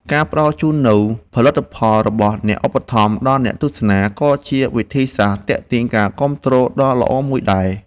ការផ្ដល់ជូននូវផលិតផលរបស់អ្នកឧបត្ថម្ភដល់អ្នកទស្សនាក៏ជាវិធីសាស្ត្រទាក់ទាញការគាំទ្រដ៏ល្អមួយដែរ។